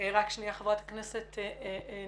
אני